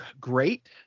great